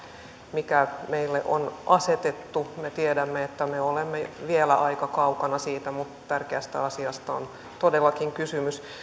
mikä meille on asetettu me tiedämme että me olemme vielä aika kaukana siitä mutta tärkeästä asiasta on todellakin kysymys